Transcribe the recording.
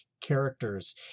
characters